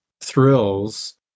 thrills